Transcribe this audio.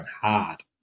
hard